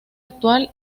actual